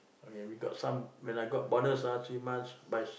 okay we got some when I got bonus ah three months buys